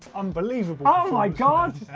unbelievable. oh my god.